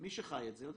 מי שחי את זה יודע